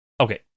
Okay